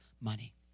money